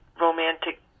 romantic